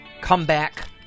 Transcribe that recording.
comeback